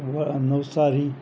Navsari